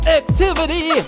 activity